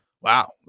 wow